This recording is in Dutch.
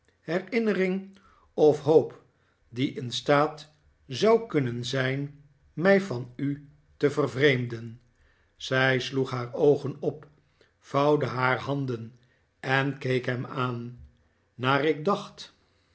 herinnering of hoop die in staat zou kunnen zijn mij van u te vervreemden zij sloeg haar oogen op vouwde haar handen en keek hem aan naar ik dacht